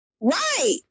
right